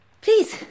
Please